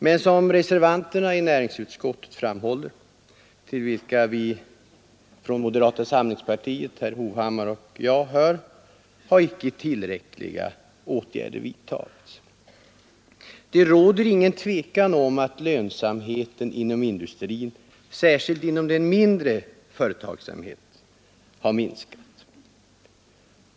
Men som reservanterna i näringsutskottet framhåller till vilka vi från moderata samlingspartiet, herr Hovhammar och jag, hör har icke tillräckliga åtgärder vidtagits. Det råder inget tvivel om att lönsamheten inom industrin — särskilt inom den mindre företagsamheten — har minskat.